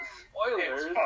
spoilers